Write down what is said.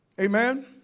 Amen